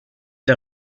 der